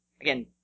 again